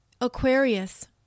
Aquarius